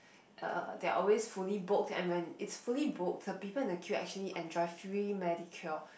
uh they're always fully booked and when it's fully booked the people in the queue actually enjoy free manicure